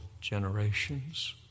generations